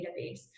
database